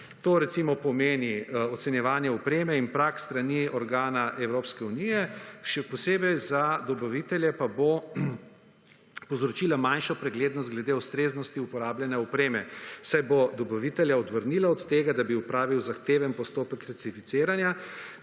To recimo pomeni ocenjevanje opreme in praks s strani organa Evropske unije, še posebej za dobavitelje pa bo povzročila manjšo preglednost glede ustreznosti uporabljene opreme, saj bo dobavitelje odvrnila od tega, da bi opravil zahteven postopek certificiranja,